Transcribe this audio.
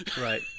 right